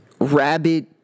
Rabbit